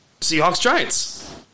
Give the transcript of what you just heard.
Seahawks-Giants